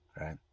right